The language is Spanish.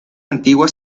antigua